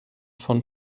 von